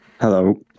Hello